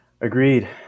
Agreed